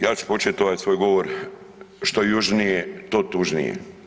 Ja ću početi ovaj svog govor, što južnije, to tužnije.